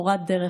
מורת דרך.